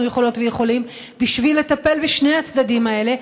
יכולות ויכולים בשביל לטפל בשני הצדדים האלה,